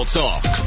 talk